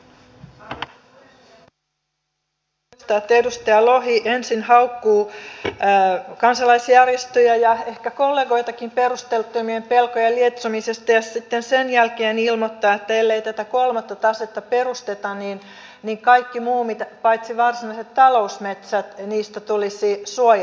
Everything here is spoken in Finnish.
on hiukan erikoista että edustaja lohi ensin haukkuu kansalaisjärjestöjä ja ehkä kollegoitakin perusteettomien pelkojen lietsomisesta ja sitten sen jälkeen ilmoittaa että ellei tätä kolmatta tasetta perusteta niin kaikista muista paitsi varsinaisista talousmetsistä tulisi suojelualueita